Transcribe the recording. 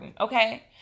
okay